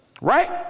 right